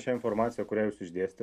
šią informaciją kurią jūs išdėstėt